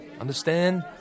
Understand